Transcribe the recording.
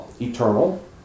eternal